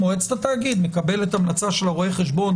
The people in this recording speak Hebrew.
מועצת התאגיד מקבלת המלצה של רואה חשבון